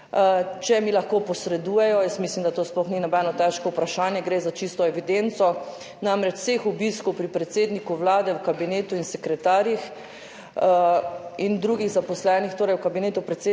če mi lahko posredujejo – jaz mislim, da to sploh ni nobeno težko vprašanje, gre za čisto evidenco – [seznam] vseh obiskov pri predsedniku Vlade, v kabinetu in pri sekretarjih in drugih zaposlenih, torej v kabinetu predsednika